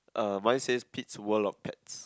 uh one says Pete's world of pets